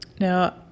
Now